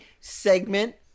segment